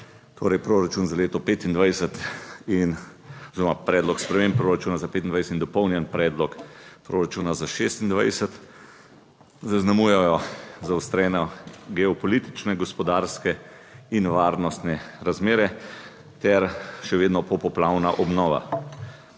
sprememb proračuna za 2025 in dopolnjen predlog proračuna za 2026, zaznamujejo zaostrene geopolitične, gospodarske in varnostne razmere ter še vedno popoplavna obnova.